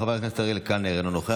חבר הכנסת אריאל קלנר, אינו נוכח.